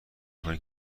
کنی